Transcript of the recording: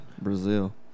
Brazil